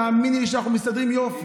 תאמיני לי שאנחנו מסתדרים יופי.